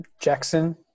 Jackson